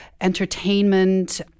entertainment